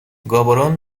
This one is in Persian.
گابورون